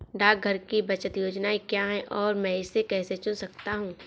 डाकघर की बचत योजनाएँ क्या हैं और मैं इसे कैसे चुन सकता हूँ?